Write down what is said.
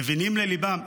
מבינים לליבם.